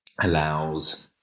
allows